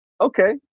okay